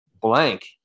Blank